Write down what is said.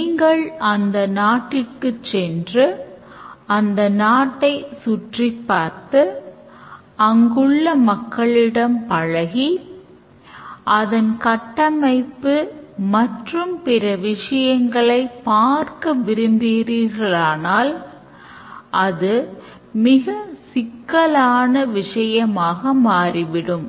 நீங்கள் அந்த நாட்டிற்குச் சென்று அந்த நாட்டை சுற்றிப்பார்த்து அங்குள்ள மக்களிடம் பழகி அதன் கட்டமைப்பு மற்றும் பிற விஷயங்களை பார்க்க விரும்புகிறீர்களானால் அது மிகச் சிக்கலான விஷயமாக மாறிவிடும்